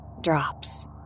drops